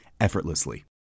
effortlessly